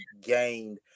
gained